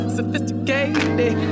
Sophisticated